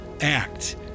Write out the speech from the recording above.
act